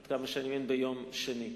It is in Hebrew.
עד כמה שאני מבין, ביום שני.